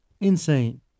insane